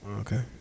Okay